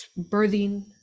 birthing